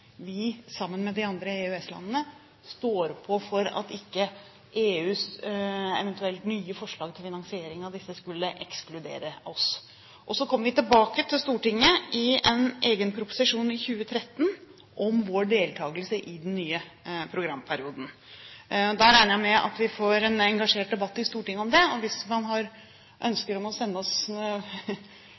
vi, sammen med de andre EØS-landene, står på for at ikke EUs eventuelle nye forslag til finansiering av disse skal ekskludere oss. Vi kommer tilbake til Stortinget i en egen proposisjon i 2013 om vår deltakelse i den nye programperioden. Jeg regner med at vi får en engasjert debatt i Stortinget om det. Hvis man ønsker å sende oss